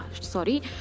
sorry